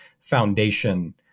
foundation